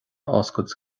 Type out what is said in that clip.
oscailt